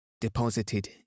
deposited